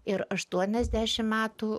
ir aštuoniasdešim metų